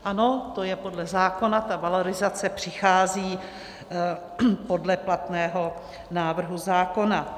Ano, to je podle zákona, ta valorizace přichází podle platného návrhu zákona.